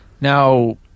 Now